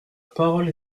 parole